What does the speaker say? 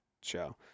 show